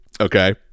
okay